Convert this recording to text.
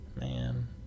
Man